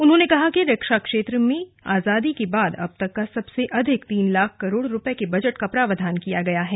उन्होंने कहा कि रक्षा क्षेत्र में आजादी के बाद अब तक का सबसे अधिक तीन लाख करोड़ रुपये का प्रावधान किया गया है